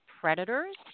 predators